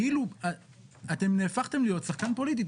כאילו אתם נהפכתם להיות שחקן פוליטי,